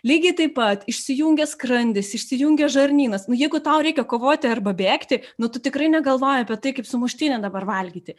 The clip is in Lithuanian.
lygiai taip pat išsijungia skrandis išsijungia žarnynas nu jeigu tau reikia kovoti arba bėgti nu tu tikrai negalvoji apie tai kaip sumuštinį dabar valgyti